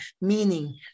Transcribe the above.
meaning